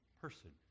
person